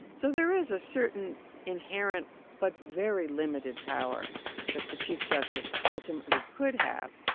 so there is a certain inherent but very limited power that the chief justice ultimately could have,